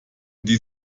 die